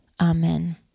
Amen